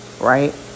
right